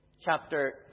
chapter